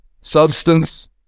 substance